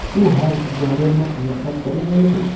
શું હાલ ગ્વાલિયરમાં વરસાદ પડી રહ્યો છે